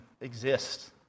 exist